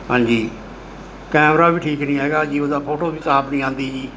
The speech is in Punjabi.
ਹਾਂਜੀ ਕੈਮਰਾ ਵੀ ਠੀਕ ਨਹੀਂ ਹੈਗਾ ਜੀ ਉਹਦਾ ਫੋਟੋ ਵੀ ਸਾਫ ਨਹੀਂ ਆਉਂਦੀ ਜੀ